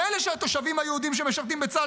מילא שהתושבים היהודים שמשרתים בצה"ל